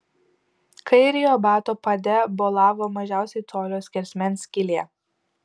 kairiojo bato pade bolavo mažiausiai colio skersmens skylė